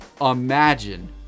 Imagine